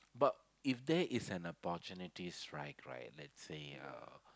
but if there is a opportunities right right let's say uh